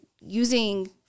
using